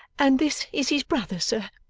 and this is his brother, sir.